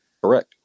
Correct